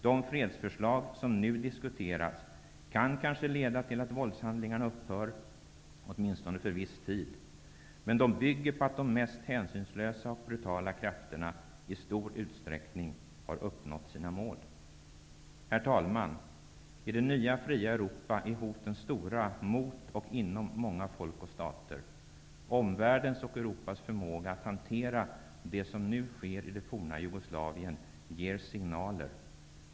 De fredsförslag som nu diskuteras kan kanske leda till att våldshandlingarna upphör -- åtminstone för viss tid. Men de bygger på att de mest hänsynslösa och brutala krafterna, i stor utsträckning, har uppnått sina mål. Herr talman! I det nya, fria Europa är hoten stora mot och inom många folk och stater. Omvärldens och Europas förmåga att hantera det som nu sker i det forna Jugoslavien ger signaler.